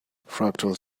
fractals